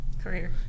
career